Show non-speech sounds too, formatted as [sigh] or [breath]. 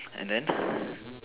and then [breath]